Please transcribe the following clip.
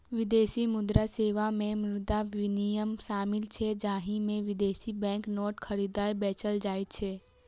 विदेशी मुद्रा सेवा मे मुद्रा विनिमय शामिल छै, जाहि मे विदेशी बैंक नोट खरीदल, बेचल जाइ छै